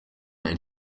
and